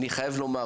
אני חייב לומר,